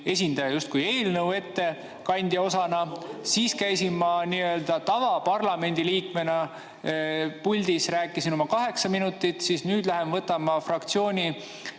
esindaja justkui eelnõu ettekandjana, siis käisin ma nii‑öelda parlamendi tavaliikmena puldis ja rääkisin oma kaheksa minutit, nüüd lähen võtan ma fraktsiooni